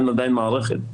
אין עדיין מערכת.